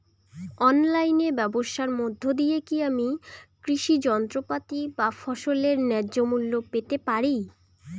অনলাইনে ব্যাবসার মধ্য দিয়ে কী আমি কৃষি যন্ত্রপাতি বা ফসলের ন্যায্য মূল্য পেতে পারি?